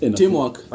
teamwork